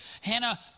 Hannah